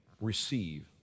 receive